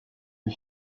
lui